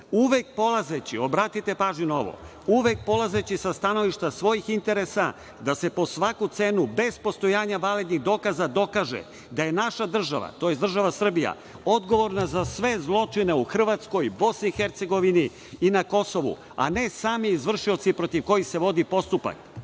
uvek polazeći, obratite pažnju na ovo, sa stanovišta svojih interesa da se po svaku cenu, bez postojanja validnih dokaza, dokaže da je naša država, tj. država Srbija odgovorna za sve zločine u Hrvatskoj, Bosni i Hercegovini i na Kosovu, a ne sami izvršioci protiv kojih se vodi postupak. Dakle,